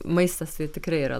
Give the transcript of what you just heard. maistas tai tikrai yra